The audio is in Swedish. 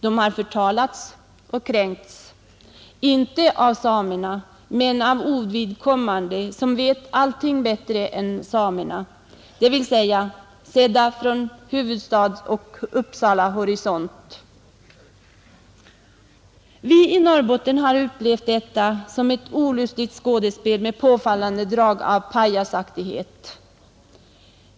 De har förtalats och kränkts, inte av samerna men av ovidkommande som vet allting bättre än samerna, dvs. sett från huvudstadsoch Uppsalahorisont. Vi i Norrbotten har upplevt detta som ett olustigt skådespel med påfallande drag av pajasaktighet.